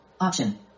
option